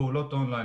פעולות און-ליין,